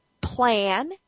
Plan